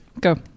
Go